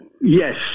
Yes